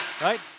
right